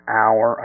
hour